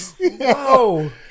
No